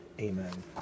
amen